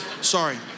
sorry